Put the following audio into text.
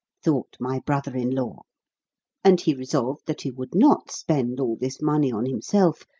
thought my brother-in-law and he resolved that he would not spend all this money on himself,